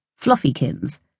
Fluffykins